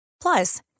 Plus